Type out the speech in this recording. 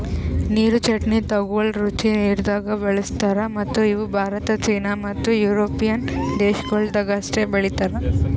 ನೀರು ಚೆಸ್ಟ್ನಟಗೊಳ್ ರುಚಿ ನೀರದಾಗ್ ಬೆಳುಸ್ತಾರ್ ಮತ್ತ ಇವು ಭಾರತ, ಚೀನಾ ಮತ್ತ್ ಯುರೋಪಿಯನ್ ದೇಶಗೊಳ್ದಾಗ್ ಅಷ್ಟೆ ಬೆಳೀತಾರ್